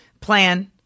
plan